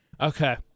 Okay